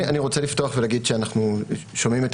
אני רוצה לפתוח ולהגיד שאנחנו שומעים את